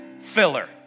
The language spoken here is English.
filler